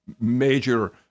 major